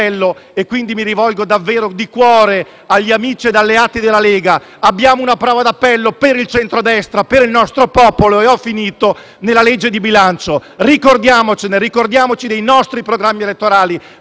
quindi mi rivolgo davvero di cuore agli amici e alleati della Lega: abbiamo una prova d'appello per il centrodestra, per il nostro popolo, nella legge di bilancio. Ricordiamocene; ricordiamoci dei nostri programmi elettorali,